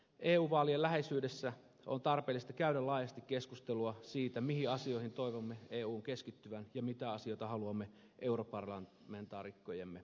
eu vaalien läheisyydessä on tarpeellista käydä laajasti keskustelua siitä mihin asioihin toivomme eun keskittyvän ja mitä asioita haluamme europarlamentaarikkojemme ajavan